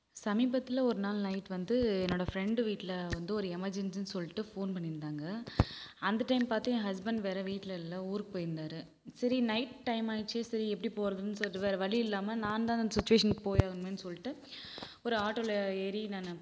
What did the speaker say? சமீபத்தில் ஒரு நாள் நைட் வந்து என்னோடய ஃப்ரெண்டு வீட்டில் வந்து ஒரு எமர்ஜென்சி சொல்லிட்டு ஃபோன் பண்ணி இருந்தாங்கள் அந்த டைம் பார்த்து என் ஹஸ்பண்ட் வேற வீட்டில் இல்லை ஊருக்கு போயிருந்தார் சரி நைட் டைம் ஆகிடுச்சே சரி எப்படி போகிறதுன்னு சொல்லிட்டு வேற வழி இல்லாமல் நான் தான் அந்த சிச்சுவேஷனுக்கு போய் ஆகணுமேன்னு சொல்லிட்டு ஒரு ஆட்டோவில் ஏறி நானு